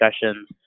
discussions